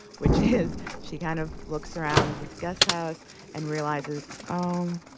which is she kind of looks around this guesthouse and realizes, oh,